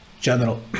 general